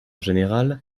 général